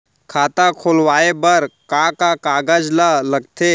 खाता खोलवाये बर का का कागज ल लगथे?